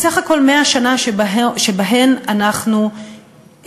בסך הכול 100 שנה שבהן אנחנו חברות